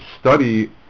study